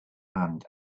and